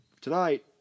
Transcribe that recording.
tonight